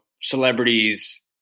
celebrities